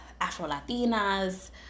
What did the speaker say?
Afro-Latinas